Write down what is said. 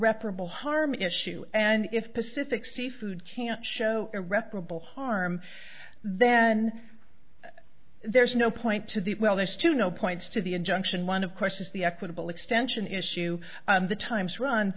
reparable harm issue and if pacific seafood can show irreparable harm then there's no point to the well there's two no points to the injunction one of course is the equitable extension issue the times run